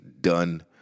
done